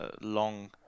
long